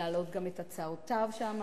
להעלות גם את הצעותיו שם,